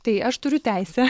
tai aš turiu teisę